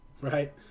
right